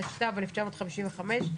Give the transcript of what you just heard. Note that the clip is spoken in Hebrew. התשט"ו-1955,